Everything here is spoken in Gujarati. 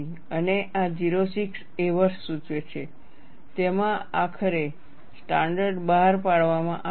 અને આ 06 એ વર્ષ સૂચવે છે કે જેમાં આખરે સ્ટાન્ડર્ડ બહાર પાડવામાં આવે છે